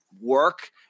work